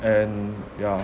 and yeah